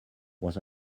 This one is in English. was